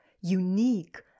unique